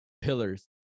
pillars